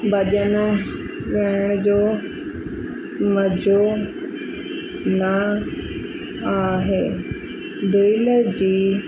भॼनु ॻाइण जो मज़ो न आहे दुहिल जी